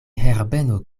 herbeno